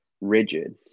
rigid